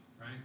right